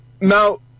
now